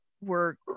were-